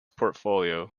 portfolio